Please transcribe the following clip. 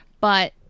but-